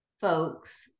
folks